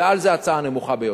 ועל זה ההצעה הנמוכה ביותר.